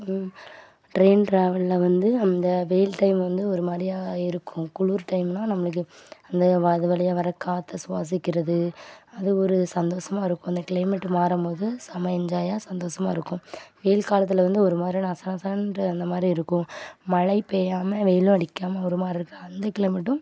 train ட்ராவலில் வந்து அந்த வெயில் டைம் வந்து ஒரு மாதிரியாயிருக்கும் குளுர் டைம்னால் நம்மளுக்கு அந்த அது வழியாக வர்ற காற்றை சுவாசிக்கிறது அது ஒரு சந்தோஷமா இருக்கும் அந்த கிளைமேட்டு மாறும் போது செமை என்ஜாயாக சந்தோஷமா இருக்கும் வெயில் காலத்தில் வந்து ஒரு மாதிரி நசநசன்னுட்டு அந்த மாரி இருக்கும் மழை பெய்யாம வெயிலும் அடிக்காம ஒரு மாதிரி இருக்கா அந்த கிளைமேட்டும்